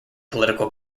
political